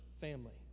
family